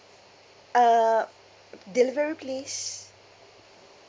uh delivery please